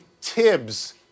Tibbs